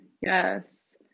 Yes